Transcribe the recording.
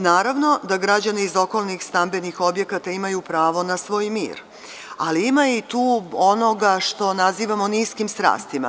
Naravno da građani iz okolnih stambenih objekata imaju pravo na svoj mir, ali ima tu onoga što nazivamo „niskim strastima“